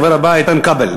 הדובר הבא, איתן כבל.